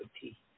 tea